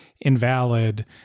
invalid